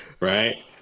right